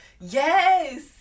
Yes